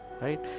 right